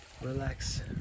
Relax